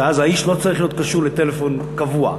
שאז האיש לא צריך להיות קשור לטלפון קבוע.